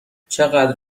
چقدر